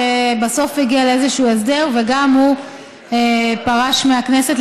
שבסוף הגיע לאיזשהו הסדר וגם הוא פרש מהכנסת,